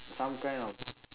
some kind of